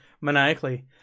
maniacally